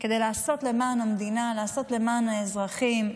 כדי לעשות למען המדינה, לעשות למען האזרחים.